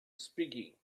speaking